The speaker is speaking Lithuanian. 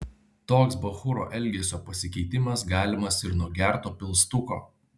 toks bachūro elgesio pasikeitimas galimas ir nuo gerto pilstuko